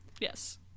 Yes